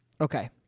Okay